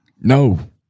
No